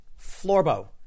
Florbo